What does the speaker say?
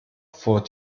vor